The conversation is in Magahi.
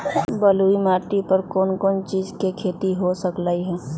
बलुई माटी पर कोन कोन चीज के खेती हो सकलई ह?